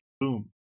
boom